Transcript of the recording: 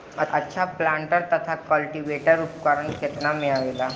अच्छा प्लांटर तथा क्लटीवेटर उपकरण केतना में आवेला?